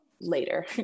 later